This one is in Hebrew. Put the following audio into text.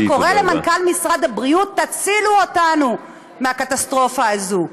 שקורא למנכ"ל משרד הבריאות: תצילו אותנו מהקטסטרופה הזאת.